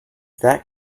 that